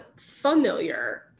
Familiar